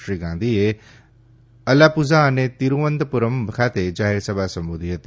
શ્રી ગાંધીએ અલાપુઝા અને તિરૂવનંતપુરમ ખાતે જાહેર સભા સંબોધી હતી